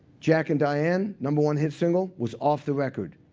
jack and diane, number one hit single, was off the record.